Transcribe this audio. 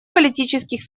политических